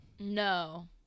No